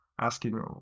asking